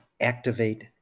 activate